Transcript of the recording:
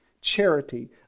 charity